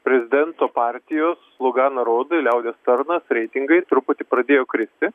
prezidento partijos lugana rody liaudies tarnas reitingai truputį pradėjo kristi